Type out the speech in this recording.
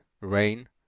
rain